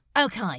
okay